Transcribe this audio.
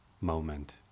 moment